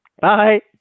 Bye